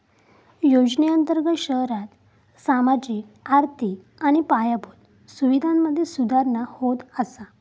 योजनेअंर्तगत शहरांत सामाजिक, आर्थिक आणि पायाभूत सुवीधांमधे सुधारणा होत असा